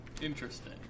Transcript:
Interesting